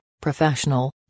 professional